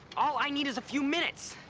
all i need is a few minutes!